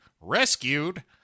rescued